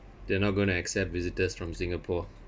they're not going to accept visitors from singapore